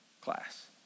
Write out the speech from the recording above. class